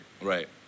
Right